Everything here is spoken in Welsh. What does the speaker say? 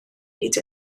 hyd